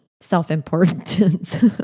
self-importance